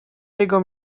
jego